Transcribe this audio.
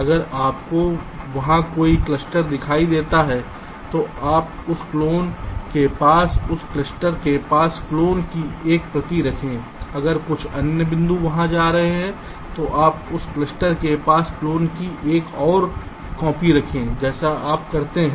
अगर आपको वहां कोई क्लस्टर दिखाई देता है तो आप उस क्लोन के पास उस क्लस्टर के पास क्लोन की एक प्रति रखें अगर कुछ अन्य बिंदु वहां जा रहे हैं तो आप उस क्लस्टर के पास क्लोन की एक और कॉपी रखें जैसे आप करते हैं